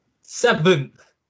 seventh